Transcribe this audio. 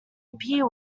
appear